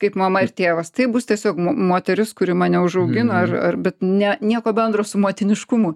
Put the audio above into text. kaip mama ir tėvas tai bus tiesiog mo moteris kuri mane užaugino ar ar bet ne nieko bendro su motiniškumu